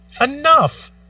enough